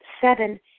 seven